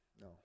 No